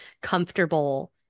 comfortable